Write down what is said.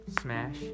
Smash